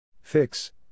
Fix